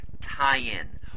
tie-in